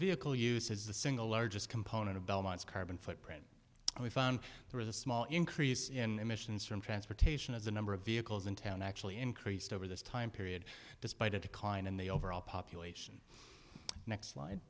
vehicle use is the single largest component of belmont's carbon footprint and we found there was a small increase in missions from transportation as the number of vehicles in town actually increased over this time period despite a decline in the overall population next li